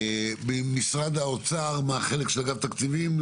משרד האוצר, אגף תקציבים,